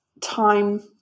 time